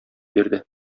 бирде